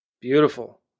Beautiful